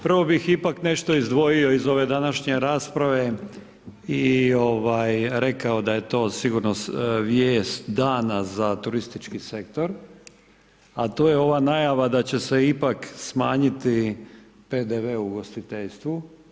Prvo bih ipak nešto izdvojio iz ove današnje rasprave i rekao da je to sigurno vijest dana za turistički sektor a to je ova najava da će se ipak smanjiti PDV u ugostiteljstvu.